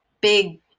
big